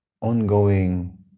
ongoing